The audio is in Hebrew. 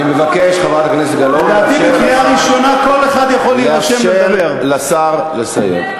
אני מבקש, חברת הכנסת גלאון, לאפשר לשר לסיים.